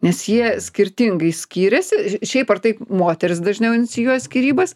nes jie skirtingai skyrėsi šiaip ar taip moterys dažniau inicijuoja skyrybas